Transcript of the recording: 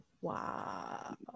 wow